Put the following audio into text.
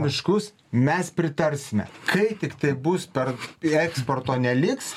miškus mes pritarsime kai tiktai bus per jei eksporto neliks